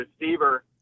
receiver